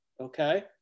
okay